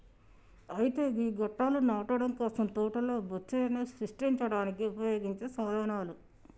అయితే గీ గొట్టాలు నాటడం కోసం తోటలో బొచ్చులను సృష్టించడానికి ఉపయోగించే సాధనాలు